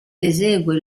esegue